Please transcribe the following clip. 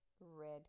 Red